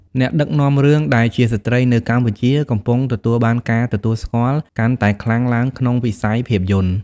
អ្នកដឹកនាំរឿងដែលជាស្ត្រីនៅកម្ពុជាកំពុងទទួលបានការទទួលស្គាល់កាន់តែខ្លាំងឡើងក្នុងវិស័យភាពយន្ត។